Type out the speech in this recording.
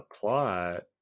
plot